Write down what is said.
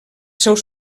seus